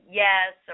yes